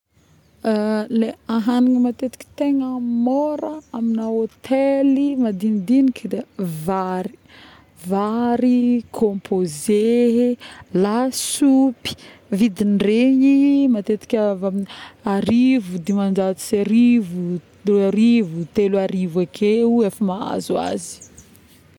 Le ahagniny matetika tegna môra amina hotely madignidigniky de vary, vary, composé, lasopy, vidigny regny matetika˂noise˃ arivo, dimanjato sy arivo, arivo, telo arivo akeo efa mahazo azy